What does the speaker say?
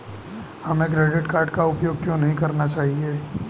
हमें credit card का उपयोग क्यों नहीं करना चाहिए?